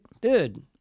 Dude